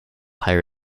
higher